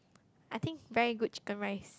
I think very good chicken rice